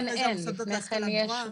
ואחרי זה המוסדות להשכלה גבוהה.